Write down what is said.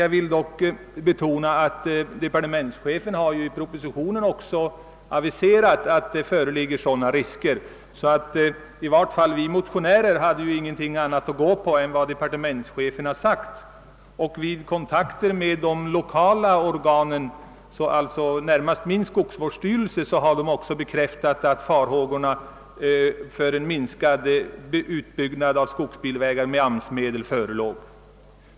Jag vill dock betona att departementschefen i propositionen har aviserat att dylika risker föreligger. Vi motionärer hade i varje fall ingenting annat att gå efter än departementschefens uttalande. Vid kontakter med de lokala organen — jag avser främst skogsvårdsstyrelsen i mitt län — har bekräftats att farhågorna för en minskad utbyggnad av skogsbilvägar med AMS-medel var väl grundade.